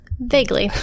Vaguely